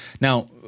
Now